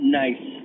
nice